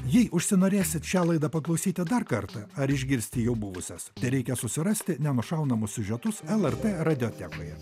jei užsinorėsit šią laidą paklausyti dar kartą ar išgirsti jau buvusias tereikia susirasti nenušaunamus siužetus lrt radiotekoje